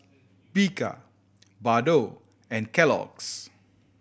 Bika Bardot and Kellogg's